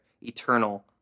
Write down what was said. eternal